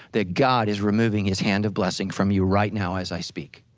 that god is removing his hand of blessing from you right now as i speak.